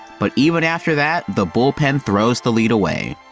but even after that, the bullpen throws the lead away.